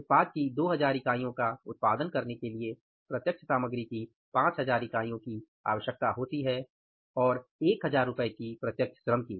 उत्पाद की 2000 इकाइयों का उत्पादन करने के लिए प्रत्यक्ष सामग्री की 5000 इकाइयों की आवश्यकता होती है और 1000 रूपए की प्रत्यक्ष श्रम की